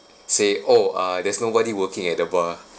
say oh uh there's nobody working at the bar